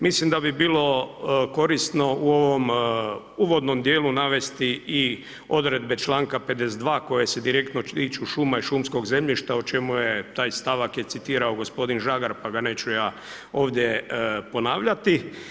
Mislim da bi bilo korisno u ovom uvodnom dijelu navesti i odredbe članka 52. koji se direktno tiču šuma i šumskog zemljišta o čemu je taj stavak je citirao gospodin Žagar pa ga neću ja ovdje ponavljati.